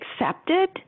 accepted